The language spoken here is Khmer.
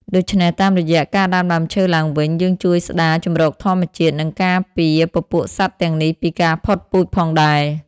ដូច្នេះតាមរយៈការដាំដើមឈើឡើងវិញ យើងជួយស្ដារជម្រកធម្មជាតិ និងការពារពពួកសត្វទាំងនេះពីការផុតពូជផងដែរ។